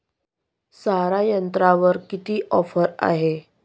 सारा यंत्रावर किती ऑफर आहे?